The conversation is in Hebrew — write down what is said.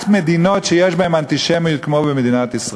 מדינות יש בהן אנטישמיות כמו במדינת ישראל,